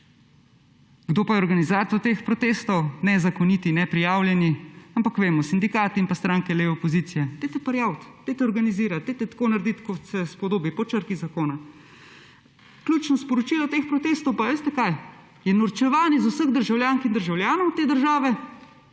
Kdo pa je organizator teh protestov, nezakoniti, neprijavljeni? Ampak vemo sindikati in stranke leve opozicije. Dajte prijaviti, dajte organizirati, dajte tako narediti kot se spodobi po črki zakona. Ključno sporočilo pa teh protestov pa veste kaj je? Je norčevanje iz vseh državljank in državljanov te države,